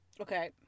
Okay